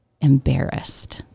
embarrassed